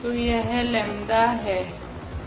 तो यह लेम्डा 𝜆 है